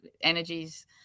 energies